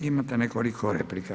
Imate nekoliko replika.